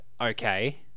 okay